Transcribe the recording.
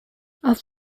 auf